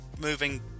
moving